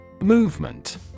Movement